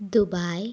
Dubai